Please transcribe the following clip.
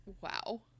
Wow